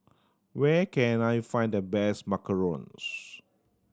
where can I find the best macarons